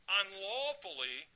unlawfully